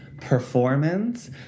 performance